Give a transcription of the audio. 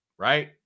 Right